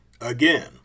Again